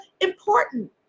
important